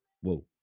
Whoa